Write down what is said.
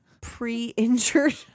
pre-injured